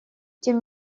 тем